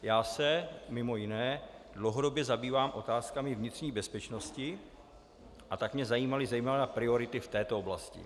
Já se mimo jiné dlouhodobě zabývám otázkami vnitřní bezpečnosti, a tak mě zajímaly zejména priority v této oblasti.